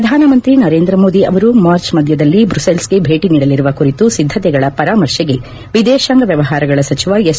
ಪ್ರಧಾನಮಂತ್ರಿ ನರೇಂದ್ರ ಮೋದಿ ಅವರು ಮಾರ್ಚ್ ಮಧ್ಯದಲ್ಲಿ ಬ್ರುಸಲ್ಸ್ಗೆ ಭೇಟಿ ನೀಡಲಿರುವ ಕುರಿತು ಸಿದ್ದತೆಗಳ ಪರಾಮರ್ಶೆಗೆ ವಿದೇಶಾಂಗ ವ್ಯವಹಾರಗಳ ಸಚಿವ ಎಸ್